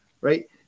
right